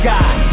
God